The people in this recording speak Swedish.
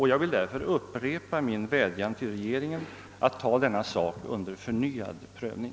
Jag vill därför upprepa min vädjan till regeringen att ta denna sak under förnyad prövning.